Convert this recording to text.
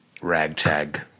ragtag